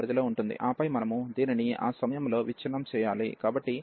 ఆపై మనము దీనిని ఆ సమయంలో విచ్ఛిన్నం చేయాలి కాబట్టి acfxdxcbfxdx